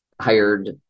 hired